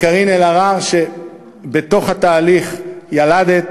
לקארין אלהרר, שבתוך התהליך ילדת,